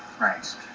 Right